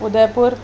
Udaipur